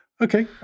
Okay